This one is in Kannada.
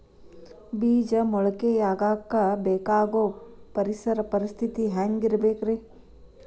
ಬೇಜ ಮೊಳಕೆಯಾಗಕ ಬೇಕಾಗೋ ಪರಿಸರ ಪರಿಸ್ಥಿತಿ ಹ್ಯಾಂಗಿರಬೇಕರೇ?